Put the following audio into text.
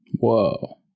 Whoa